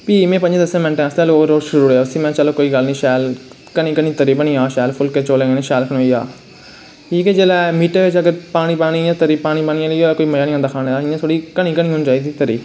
फ्ही में पंजैं दसैं मैंटैं आस्तै छोड़ी ओड़ेआ महां कोई गल्ल नी घनी घनी फुल्कें चौलें कन्नै सैल खनोई जा कि के मीटै च अगर पानी पानी आह्ली तरी पानी पानी आह्ली होऐ कोई मजा नी औंदा घनी घनी होनी चाही दी तरी